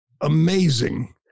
amazing